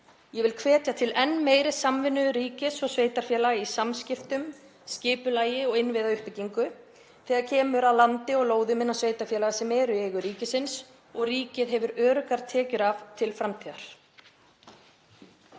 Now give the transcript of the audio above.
Ég vil hvetja til enn meiri samvinnu ríkis og sveitarfélaga í samskiptum, skipulagi og innviðauppbyggingu þegar kemur að landi og lóðum innan sveitarfélaga sem eru í eigu ríkisins og ríkið hefur öruggar tekjur af til framtíðar.